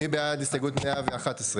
מי בעד הסתייגות 111?